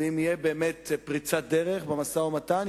ואם תהיה באמת פריצת דרך במשא-ומתן,